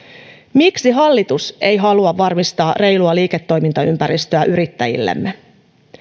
miksi hallitus ei halua varmistaa reilua liiketoimintaympäristöä yrittäjillemme